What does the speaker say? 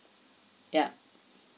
ya